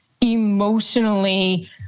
emotionally